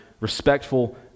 respectful